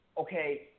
okay